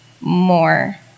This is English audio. more